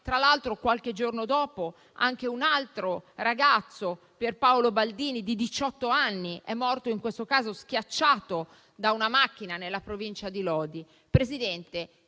Tra l'altro, qualche giorno dopo anche un altro ragazzo, Pierpaolo Baldini. di diciotto anni, è morto sul lavoro, in questo caso schiacciato da una macchina nella provincia di Lodi. Signora Presidente,